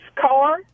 car